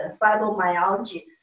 fibromyalgia